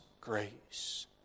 grace